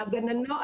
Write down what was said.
הגננות,